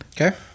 Okay